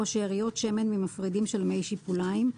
או שאריות שמן ממפרידים של מי שיפוליים,